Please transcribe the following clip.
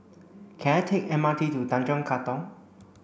can I take M R T to Tanjong Katong